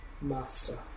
master